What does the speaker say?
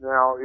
Now